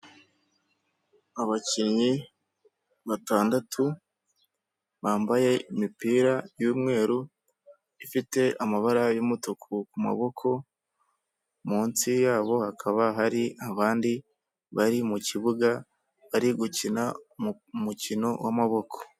Abakinnyi batandatu bambaye imipira y'umweru ifite amabara y'umutuku ku maboko, munsi yabo hakaba hari abandi bari mukibuga bari gukina mu mukino w'amaboko.